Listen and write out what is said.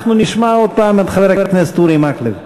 ואנחנו נשמע עוד הפעם את חבר הכנסת אורי מקלב.